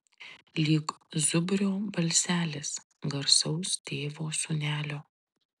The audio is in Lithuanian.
lyg zubrio balselis garsaus tėvo sūnelio